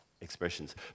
expressions